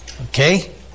Okay